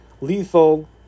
lethal